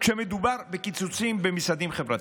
כשמדובר בקיצוצים במשרדים חברתיים.